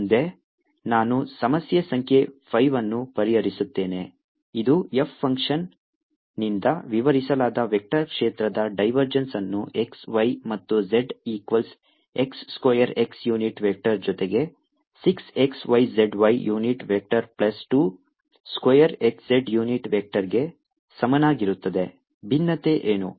E2r220EE1E2ρr1r220a20 ಮುಂದೆ ನಾನು ಸಮಸ್ಯೆ ಸಂಖ್ಯೆ 5 ಅನ್ನು ಪರಿಹರಿಸುತ್ತೇನೆ ಇದು f ಫಂಕ್ಷನ್ನಿಂದ ವಿವರಿಸಲಾದ ವೆಕ್ಟರ್ ಕ್ಷೇತ್ರದ ಡೈವರ್ಜೆನ್ಸ್ ಅನ್ನು x y ಮತ್ತು z equals x square x unit vector ಜೊತೆಗೆ 6 xyzy unit vector plus z square x z unit ವೆಕ್ಟರ್ಗೆ ಸಮನಾಗಿರುತ್ತದೆ ಭಿನ್ನತೆ ಏನು